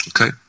okay